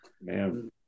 man